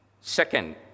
Second